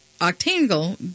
octangle